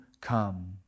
come